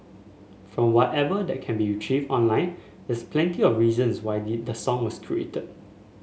from whatever that can be retrieved online there's plenty of reasons why the song was created